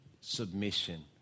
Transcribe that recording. submission